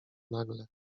nagle